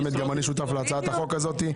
גם אני שותף להצעת החוק הזאת.